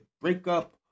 breakup